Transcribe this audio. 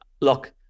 look